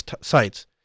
sites